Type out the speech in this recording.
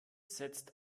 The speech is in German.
setzte